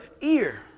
ear